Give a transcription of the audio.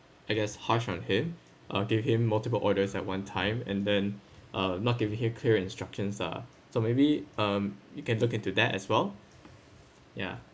I guess harsh on him uh give him multiple orders at one time and then uh not giving him clear instructions ah so maybe um you can look into that as well ya